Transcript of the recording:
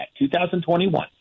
2021